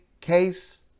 case